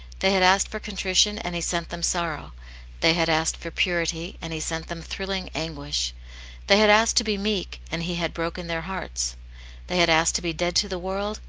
they had asked for contrition, and he sent them sorrow they had asked for purity, and he sent them thrilling anguish they had asked to be meek, and he had broken their hearts they had asked to be dead to the world,